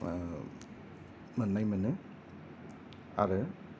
मोननाय मोनो आरो